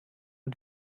und